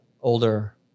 older